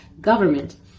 government